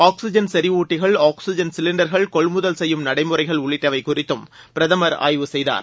oxygen செறிவூட்டிகள் oxygen சிலின்டர்கள் கொள்முதல் செய்யும் நடைமுறைகள் உள்ளிட்டவை குறித்தும் பிரதமர் ஆய்வு செய்தார்